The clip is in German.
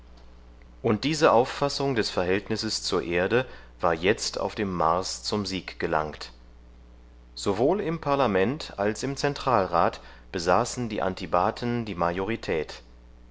und diese auffassung des verhältnisses zur erde war jetzt auf dem mars zum sieg gelangt sowohl im parlament als im zentralrat besaßen die antibaten die majorität